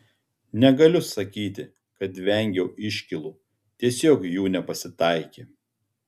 negaliu sakyti kad vengiau iškylų tiesiog jų nepasitaikė